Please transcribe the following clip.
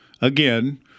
Again